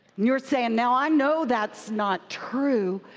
you're saying, now, i know that's not true,